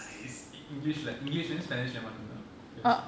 nice english la~ english means spanish lah மட்டும்தாபேசணும்:mattumtha pesanum